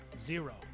Zero